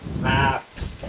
Maps